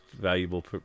valuable